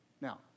Now